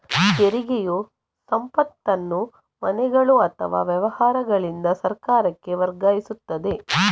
ತೆರಿಗೆಯು ಸಂಪತ್ತನ್ನು ಮನೆಗಳು ಅಥವಾ ವ್ಯವಹಾರಗಳಿಂದ ಸರ್ಕಾರಕ್ಕೆ ವರ್ಗಾಯಿಸುತ್ತದೆ